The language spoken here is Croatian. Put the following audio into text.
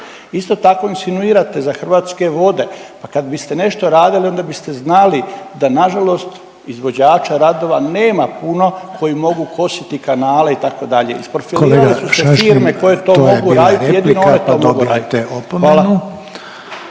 Isto tako, insinuirate za Hrvatske vode. Pa kad biste nešto radili, onda bi znali da nažalost izvođača radova nema puno koji mogu kositi kanale, itd. Isprofilirale su se firme koje .../Upadica: Kolega Šašlin,